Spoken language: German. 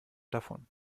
davon